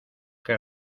qué